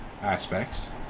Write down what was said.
aspects